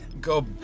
go